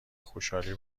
خوشحالی